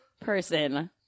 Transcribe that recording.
person